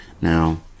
Now